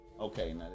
Okay